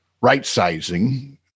right-sizing